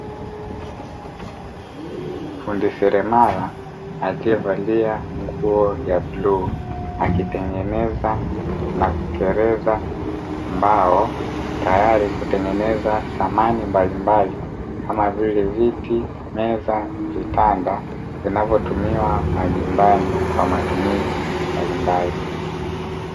Fundi seremala, aliyevalia nguo ya bluu, akitengeneza na kukereza mbao tayari kutengeneza samani mbalimbali, kama vile viti, meza, vitanda; vinavyotumiwa majumbani kwa matumizi mbalimbali.